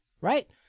right